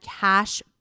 cash